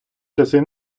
часи